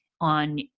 on